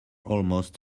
almost